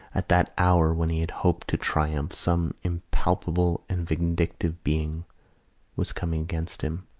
at that hour when he had hoped to triumph, some impalpable and vindictive being was coming against him,